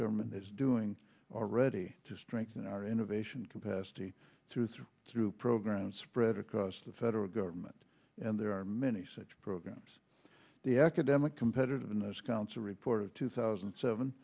government is doing already to strengthen our innovation capacity through through through programs spread across the federal government and there are many such programs the academic competitiveness council report of two thousand and seven